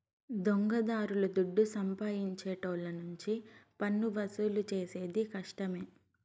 దొంగదారుల దుడ్డు సంపాదించేటోళ్ళ నుంచి పన్నువసూలు చేసేది కష్టమే